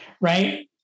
Right